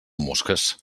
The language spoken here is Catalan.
mosques